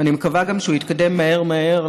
ואני גם מקווה שהוא יתקדם מהר מהר,